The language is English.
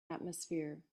atmosphere